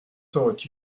taught